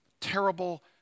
terrible